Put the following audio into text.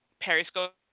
Periscope